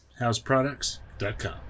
houseproducts.com